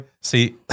See